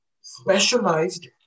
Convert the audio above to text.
specialized